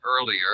earlier